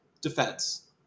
defense